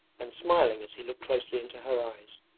and smiling as he looked closely into her eyes.